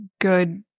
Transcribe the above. good